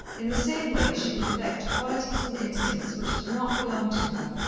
in the same way, she would affect qualities and instincts which did not belong to her,